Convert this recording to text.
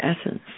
essence